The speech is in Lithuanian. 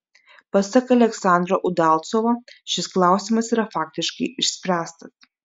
pasak aleksandro udalcovo šis klausimas yra faktiškai išspręstas